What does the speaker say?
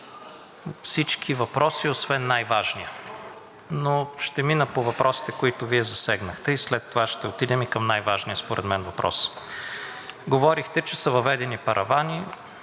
всички въпроси освен най-важния. Ще мина по въпросите, които Вие засегнахте, и след това ще отидем и към най-важния според мен въпрос. Говорихте, че са въведени паравани.